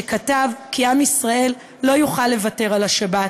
שכתב כי עם ישראל לא יוכל לוותר על השבת,